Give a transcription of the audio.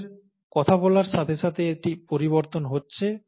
আমাদের কথা বলার সাথে সাথে এটি পরিবর্তন হচ্ছে